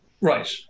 Right